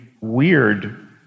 weird